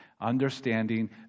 understanding